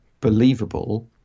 believable